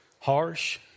harsh